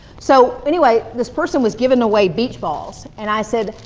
so, anyway, this person was giving away beach balls and i said,